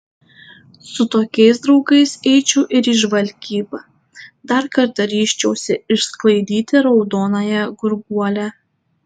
su tokiais draugais eičiau ir į žvalgybą dar kartą ryžčiausi išsklaidyti raudonąją gurguolę